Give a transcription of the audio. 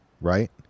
right